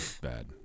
bad